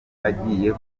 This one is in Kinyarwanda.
agiye